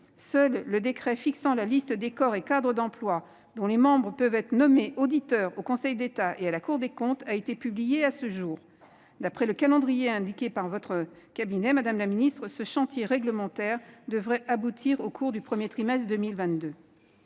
seul le décret fixant la liste des corps et cadres d'emplois dont les membres peuvent être nommés auditeurs au Conseil d'État et à la Cour des comptes a été publié à ce jour. Madame la ministre, d'après le calendrier indiqué par votre cabinet, ce chantier réglementaire devrait aboutir au cours du premier trimestre de 2022.